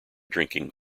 drinking